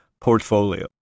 portfolio